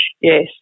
Yes